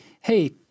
hey